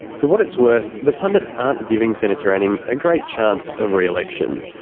for what it's worth, the pundits aren't giving senator anning a great chance of re-election.